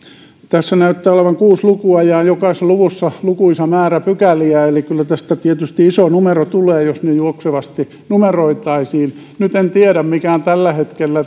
tässä näyttää olevan kuusi lukua ja jokaisessa luvussa lukuisa määrä pykäliä eli kyllä tästä tietysti iso numero tulee jos ne juoksevasti numeroitaisiin nyt en tiedä mikä on tällä hetkellä